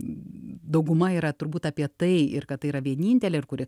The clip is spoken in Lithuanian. dauguma yra turbūt apie tai ir kad tai yra vienintelė ir kuri